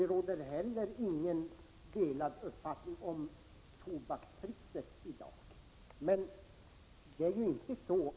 Det råder heller inga delade uppfattningar om tobakspriset i dag.